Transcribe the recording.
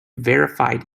verified